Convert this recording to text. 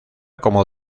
como